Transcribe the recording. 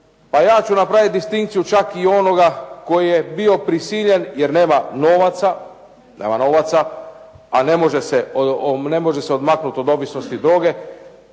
pa ja ću napravit distinkciju, čak i onoga koji je bio prisiljen jer nema novaca, a ne može se odmaknuti od ovisnosti droge